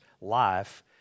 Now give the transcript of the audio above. life